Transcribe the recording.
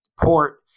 port